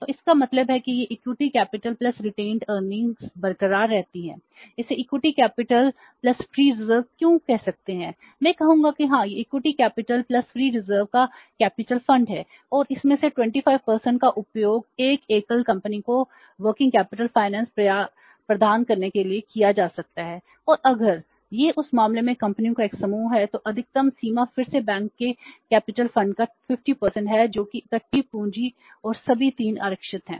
तो इसका मतलब है कि इक्विटी कैपिटल प्लस रिटेंड अर्निंग्सकी का 50 है जो कि इक्विटी पूंजी और सभी 3 आरक्षित है